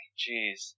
jeez